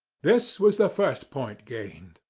this was the first point gained.